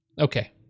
Okay